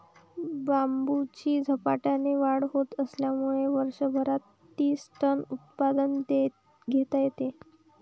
बांबूची झपाट्याने वाढ होत असल्यामुळे वर्षभरात तीस टन उत्पादन घेता येते